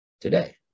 today